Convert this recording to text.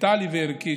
3. ציר מנטלי וערכי,